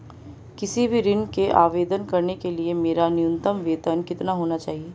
किसी भी ऋण के आवेदन करने के लिए मेरा न्यूनतम वेतन कितना होना चाहिए?